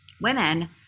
women